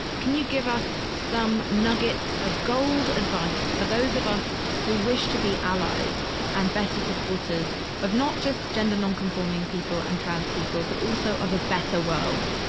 can you give us some nuggets of gold advice for those of us who wish to be allies and better supporters of not just gender nonconforming people and trans people, but also of a better world?